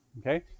Okay